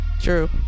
True